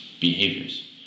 behaviors